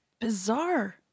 bizarre